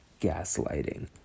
gaslighting